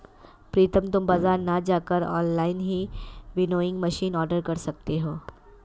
प्रितम तुम बाजार ना जाकर ऑनलाइन ही विनोइंग मशीन ऑर्डर कर सकते हो